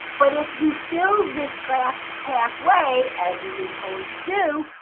but if you fill this glass halfway, as you've been told to do,